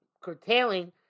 curtailing